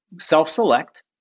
self-select